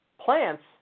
plants